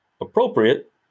appropriate